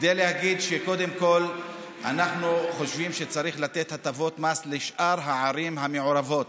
שקודם כול אנחנו חושבים שצריך לתת הטבות מס לשאר הערים המעורבות.